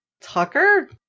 Tucker